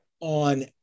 on